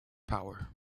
power